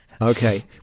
Okay